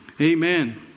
Amen